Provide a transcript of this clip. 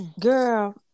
Girl